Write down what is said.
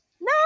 No